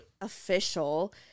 official